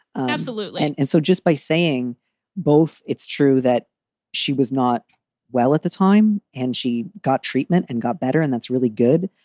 absolutely. and and so just by saying both, it's true that she was not well at the time and she got treatment and got better, and that's really good.